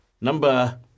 Number